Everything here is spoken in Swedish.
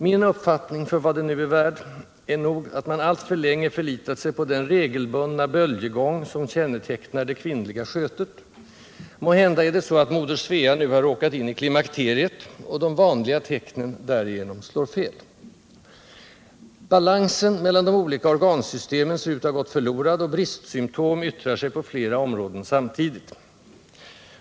Min uppfattning — för vad den nu är värd — är nog att man alltför länge förlitat sig på den regelbundna böljegång som kännetecknar det kvinnliga skötet; måhända är det så att moder Svea nu har råkat in i klimakteriet och de vanliga tecknen därigenom slår fel. Balansen mellan de olika organsystemen ser ut att ha gått förlorad, och bristsymptom yttrar sig på flera olika områden samtidigt.